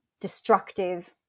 destructive